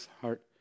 heart